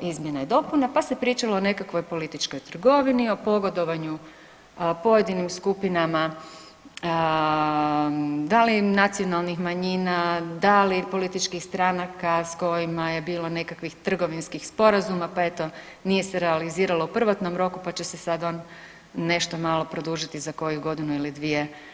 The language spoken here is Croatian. izmjena i dopuna, pa se pričalo o nekakvoj političkoj trgovini, o pogodovanju pojedinim skupinama da li nacionalnih manjina, da li političkih stranaka s kojima je bilo nekakvih trgovinskih sporazuma pa eto, nije se realiziralo u prvotnom roku pa će se sad on nešto malo produžiti za koju godinu ili dvije.